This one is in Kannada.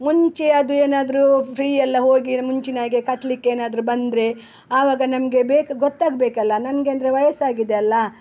ಮುಂಚೆ ಅದು ಏನಾದರೂ ಫ್ರೀ ಎಲ್ಲ ಹೋಗಿ ಮುಂಚಿನಾಗೆ ಕಟ್ಲಿಕ್ಕೇನಾದ್ರೂ ಬಂದರೆ ಆವಾಗ ನಮಗೆ ಬೇಕು ಗೊತ್ತಾಗಬೇಕಲ್ಲ ನನಗೆ ಅಂದರೆ ವಯಸ್ಸಾಗಿದೆ ಅಲ್ವ